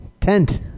Tent